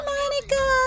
Monica